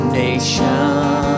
nation